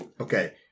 Okay